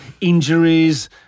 injuries